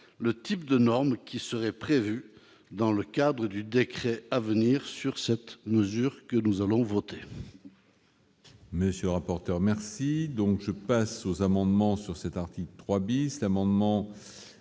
le type de normes qui seront concernées, dans le cadre du décret à venir, par la mesure que nous allons voter.